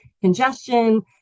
congestion